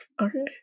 Okay